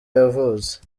yavutse